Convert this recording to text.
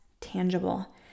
tangible